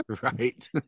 Right